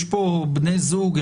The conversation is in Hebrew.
יש פה בני זוג,